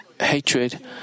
hatred